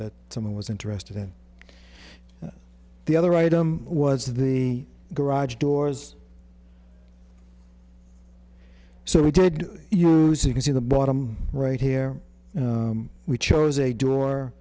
that someone was interested in the other item was the garage doors so we did use you can see the bottom right here and we chose a door